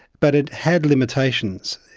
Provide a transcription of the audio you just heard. but it had limitations.